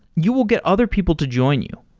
you will get other people to join you.